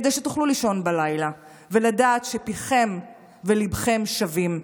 כדי שתוכלו לישון בלילה ולדעת שפיכם וליבכם שווים,